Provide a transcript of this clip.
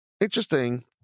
interesting